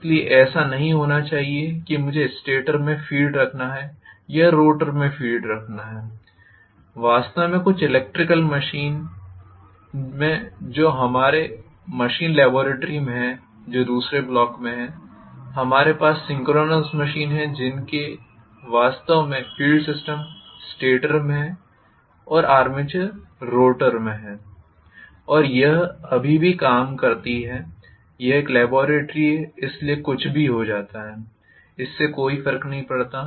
इसलिए ऐसा नहीं होना चाहिए कि मुझे स्टेटर में फील्ड रखना है या रोटर में फील्ड रखना है वास्तव में कुछ इलेक्ट्रिकल मशीनें में जो हमारे मशीन लेबॉरेटरी में हैं जो दूसरे ब्लॉक में हैं हमारे पास सिंक्रोनस मशीन है जिनमें वास्तव में फील्ड सिस्टम स्टेटर में और आर्मेचर रोटर में है और यह अभी भी काम करती है यह एक लेबॉरेटरी है इसलिए कुछ भी हो जाता है इससे कोई फर्क नहीं पड़ता